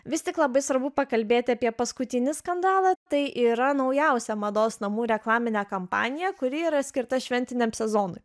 vis tik labai svarbu pakalbėti apie paskutinį skandalą tai yra naujausia mados namų reklaminę kampaniją kuri yra skirta šventiniam sezonui